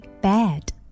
bed